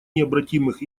необратимых